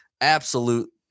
absolute